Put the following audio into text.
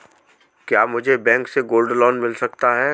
क्या मुझे बैंक से गोल्ड लोंन मिल सकता है?